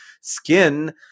skin